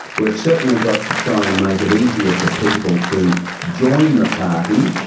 we've certainly got to try and make it easier for people to join the party,